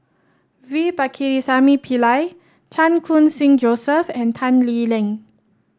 V Pakirisamy Pillai Chan Khun Sing Joseph and Tan Lee Leng